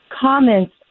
comments